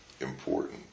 important